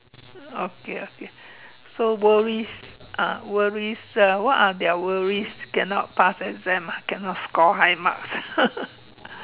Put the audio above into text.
okay okay so worries uh worries (uh)what are their worries cannot pass exam ah cannot score high marks